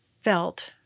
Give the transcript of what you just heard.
felt